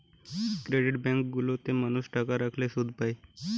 credit bank গুলা তে মানুষ টাকা রাখলে শুধ পায়